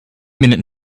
minute